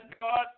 God